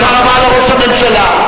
תודה רבה לראש הממשלה.